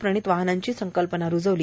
प्रणित वाहनांची संकल्पना रूजवली